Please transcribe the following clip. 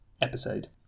episode